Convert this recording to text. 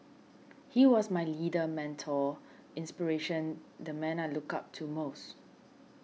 he was my leader mentor inspiration the man I looked up to most